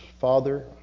Father